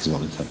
Izvolite.